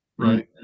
right